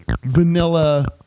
vanilla